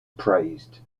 praised